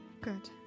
Good